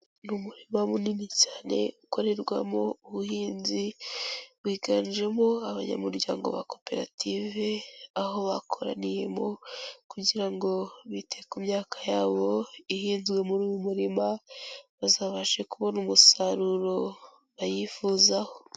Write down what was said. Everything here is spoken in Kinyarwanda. Ni umurima munini cyane ukorerwamo ubuhinzi wiganjemo abanyamuryango ba koperative, aho bakoraniyemo kugira ngo bite ku myaka yabo ihinzwe muri uyu murima, bazabashe kubona umusaruro bayifuzaho.